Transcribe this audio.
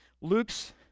Luke's